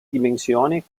dimensioni